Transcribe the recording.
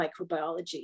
microbiology